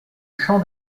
champ